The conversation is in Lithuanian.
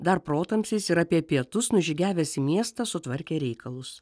dar protamsiais ir apie pietus nužygiavęs į miestą sutvarkė reikalus